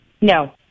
No